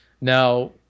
Now